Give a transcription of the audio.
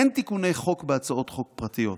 אין תיקוני חוק בהצעות חוק פרטיות.